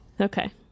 Okay